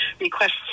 request